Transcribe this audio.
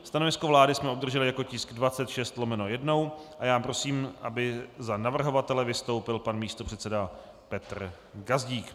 Stanovisko vlády jsme obdrželi jako tisk 26/1 a já prosím, aby za navrhovatele vystoupil pan místopředseda Petr Gazdík.